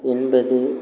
என்பது